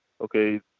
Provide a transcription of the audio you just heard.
okay